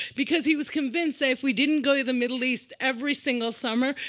because he was convinced that if we didn't go to the middle east every single summer,